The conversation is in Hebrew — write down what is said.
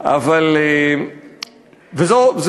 אני לא מתנצל.